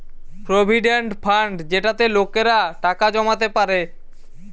provident fund যেটাতে লোকেরা টাকা জমাতে পারে